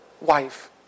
wife